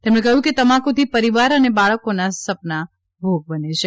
તેમણે કહ્યું કે તમાકુથી પરીવાર અને બાળકોના સપનાં ભોગ બને છે